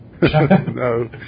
No